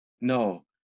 no